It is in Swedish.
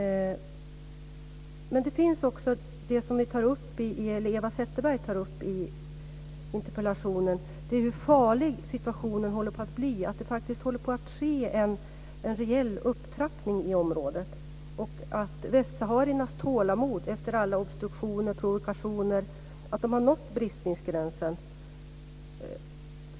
Eva Zetterberg tar i interpellationen upp hur farlig situationen håller på att bli, att det faktiskt håller på att ske en reell upptrappning i området och att västsahariernas tålamod efter alla obstruktioner och provokationer är slut och att de har nått bristningsgränsen.